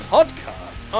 Podcast